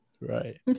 Right